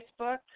Facebook